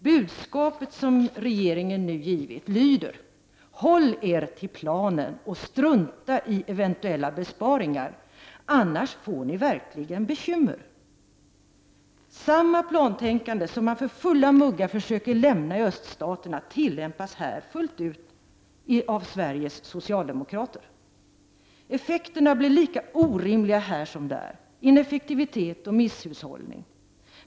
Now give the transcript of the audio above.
Budskapet som regeringen nu givit lyder: Håll er till planen och strunta i eventuella besparingar, annars får ni verkligen bekymmer! Samma plantänkande som man för fulla muggar försöker lämna i öststaterna tillämpas här fullt ut av Sveriges socialdemokrater. Effekterna blir lika orimliga här som där, ineffektivitet och misshushållning.